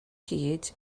hyd